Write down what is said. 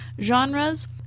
genres